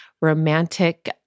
romantic